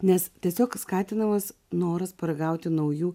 nes tiesiog skatinamas noras paragauti naujų